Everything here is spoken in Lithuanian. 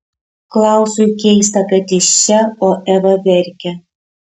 klausui keista kad jis čia o eva verkia